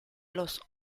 los